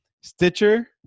Stitcher